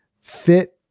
Fit